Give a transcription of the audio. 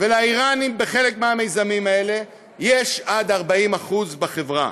ולאיראנים בחלק מהמיזמים האלה יש עד 40% בחברה.